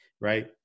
Right